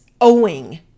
owing